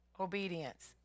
obedience